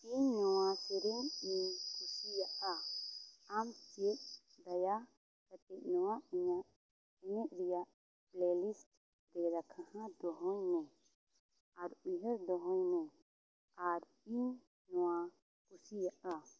ᱤᱧ ᱱᱚᱣᱟ ᱥᱮᱨᱮᱧ ᱤᱧ ᱠᱩᱥᱤᱭᱟᱜᱼᱟ ᱟᱢ ᱪᱮᱫ ᱫᱟᱭᱟ ᱠᱟᱛᱮᱫ ᱱᱚᱣᱟ ᱤᱧᱟᱹᱜ ᱤᱧᱟᱹᱜ ᱨᱮᱭᱟᱜ ᱯᱞᱮᱞᱤᱥᱴ ᱨᱟᱠᱷᱟ ᱫᱚᱦᱚ ᱢᱮ ᱟᱨ ᱩᱭᱦᱟᱹᱨ ᱫᱚᱦᱚᱭ ᱢᱮ ᱟᱨ ᱤᱧ ᱱᱚᱣᱟ ᱠᱩᱥᱤᱭᱟᱜᱼᱟ